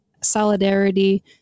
Solidarity